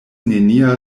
nenia